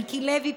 מיקי לוי,